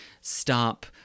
stop